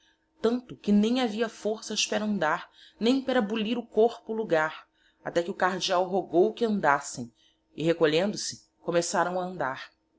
tanto que nem havia forças pera andar nem pera bulir o corpo lugar até que o cardeal rogou que andassem e recolhendo-se começarão a andar